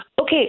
Okay